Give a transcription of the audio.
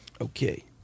Okay